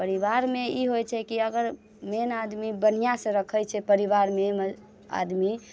परिवारमे ई होइत छै कि अगर मेन आदमी बढ़िआँ से रखैत छै परिवारमे आदमी